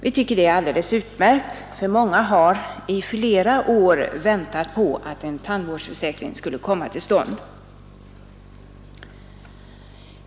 Vi tycker att detta är alldeles utmärkt, för många människor har under flera år väntat på att en tandvårdsförsäkring skulle komma till stånd.